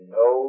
no